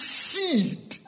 seed